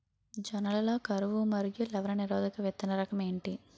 జొన్న లలో కరువు మరియు లవణ నిరోధక విత్తన రకం ఏంటి?